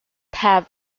have